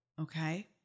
Okay